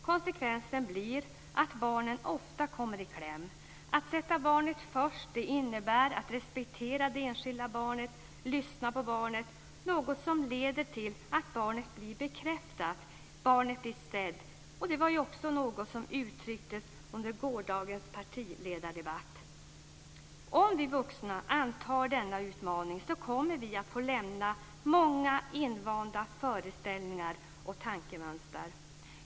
Konsekvensen blir att barnen ofta kommer i kläm. Att sätta barnet först innebär att respektera det enskilda barnet, att lyssna på barnet. Det leder till att barnet blir bekräftat, barnet blir sett, och det var också något som uttrycktes under gårdagens partiledardebatt. Om vi vuxna antar denna utmaning kommer vi att få lämna många invanda föreställningar och tankemönster.